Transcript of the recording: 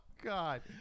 God